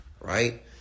right